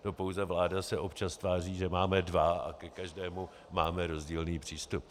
To pouze vláda se občas tváří, že máme dva a ke každému máme rozdílný přístup.